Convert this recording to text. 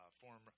Form